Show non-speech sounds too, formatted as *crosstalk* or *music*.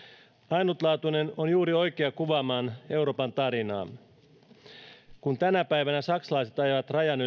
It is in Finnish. ainutlaatuinen on juuri oikea sana kuvaamaan euroopan tarinaa kun tänä päivänä saksalaiset ajavat rajan *unintelligible*